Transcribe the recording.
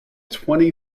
twenty